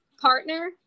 partner